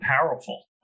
powerful